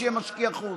שיהיה משקיע-חוץ,